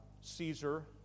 Caesar